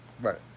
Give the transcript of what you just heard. Right